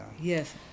Yes